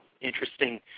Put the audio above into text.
interesting